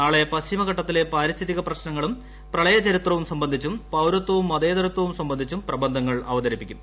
നാളെ പശ്ചിമഘട്ടത്തിലെ പാരിസ്ഥിതിക പ്രശ്നങ്ങളും പ്രളയ ചരിത്രവും സംബന്ധിച്ചും പൌരത്വവും മതേതരത്വവും സംബന്ധിച്ചും പ്രബന്ധങ്ങൾ അവതരിപ്പിക്കും